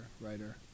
writer